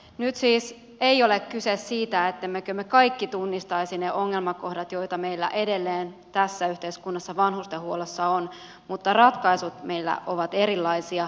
nyt siis ei ole kyse siitä ettemmekö me kaikki tunnistaisi niitä ongelmakohtia joita meillä edelleen tässä yhteiskunnassa vanhustenhuollossa on mutta ratkaisut meillä ovat erilaisia